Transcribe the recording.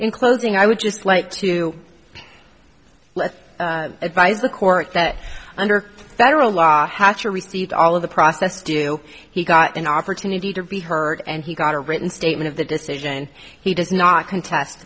closing i would just like to let advise the court that under federal law hatcher received all of the process due he got an opportunity to be heard and he got a written statement of the decision he does not contest